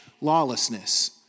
Lawlessness